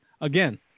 again